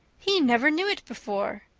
he never knew it before.